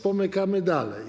Pomykamy dalej.